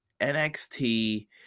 NXT